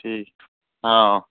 ঠিক অ